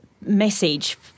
message